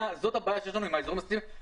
זאת הבעיה שיש לנו עם האזורים הסטטיסטיים.